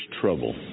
Trouble